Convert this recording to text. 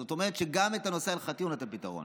זאת אומרת שגם בנושא ההלכתי הוא נתן פתרון.